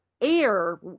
Air